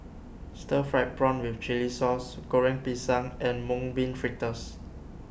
Stir Fried Prawn with Chili Sauce Goreng Pisang and Mung Bean Fritters